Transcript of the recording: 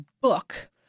book